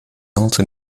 also